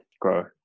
grow